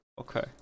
Okay